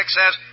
says